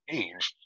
age